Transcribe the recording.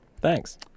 Thanks